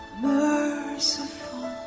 merciful